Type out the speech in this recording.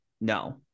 No